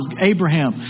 Abraham